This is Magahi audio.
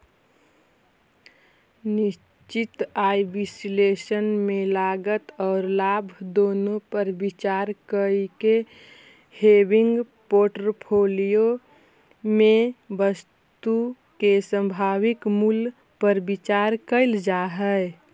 निश्चित आय विश्लेषण में लागत औउर लाभ दुनो पर विचार कईके हेविंग पोर्टफोलिया में वस्तु के संभावित मूल्य पर विचार कईल जा हई